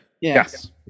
Yes